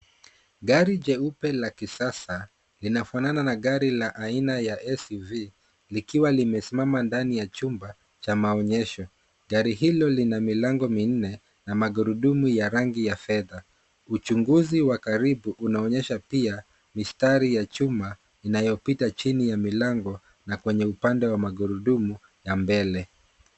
Gari jeupe la kisasa linafanana na gari la aina ya SUV likiwa limesimama nadni ya chumba cha maonyesho. Gari hilo lina milango minne na magurudumu ya rangi ya fedha. Uchunguzi wa karibu unaonyesha pia, mistari ya chuma inayopita chini ya milango na kwenye upande wa magurudumu ya mbele.